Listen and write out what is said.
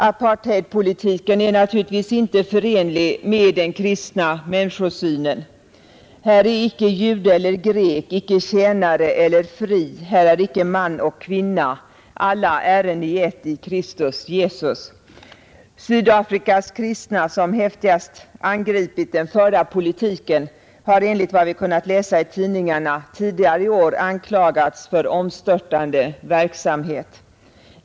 Apartheidpolitiken är naturligtvis inte förenlig med den kristna människosynen: ”Här är icke jude eller grek, här är icke träl eller fri, här är icke man och kvinna: alla ären I ett i Kristus Jesus.” Sydafrikas kristna, som häftigast angripit den förda politiken, har enligt vad vi kunnat läsa i tidningarna tidigare i år anklagats för omstörtande verksamhet.